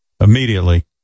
Immediately